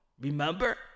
Remember